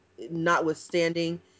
notwithstanding